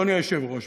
אדוני היושב-ראש,